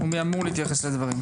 או מי אמור להתייחס לדברים?